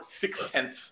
six-tenths